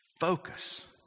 focus